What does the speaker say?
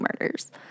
murders